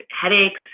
headaches